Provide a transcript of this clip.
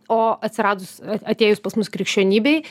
o atsiradus a atėjus pas mus krikščionybei